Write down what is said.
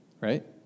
right